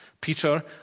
Peter